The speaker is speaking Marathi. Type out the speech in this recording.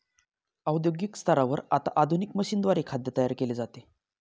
औद्योगिक स्तरावर आता आधुनिक मशीनद्वारे खाद्य तयार केले जाते